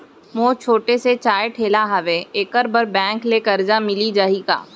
मोर छोटे से चाय ठेला हावे एखर बर बैंक ले करजा मिलिस जाही का?